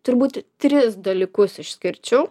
turbūt tris dalykus išskirčiau